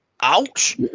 Ouch